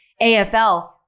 AFL